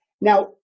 Now